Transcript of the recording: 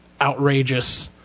outrageous